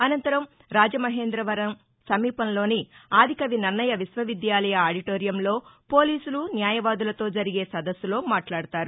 అనంతరం రాజమహేంద్రవరం సమీపంలోని ఆదికవి నన్నయ విశ్వవిద్యాలయ ఆడిటోరియంలో పోలీసులు న్యాయవాదులతో జరిగే సదస్సులో మాట్లాడతారు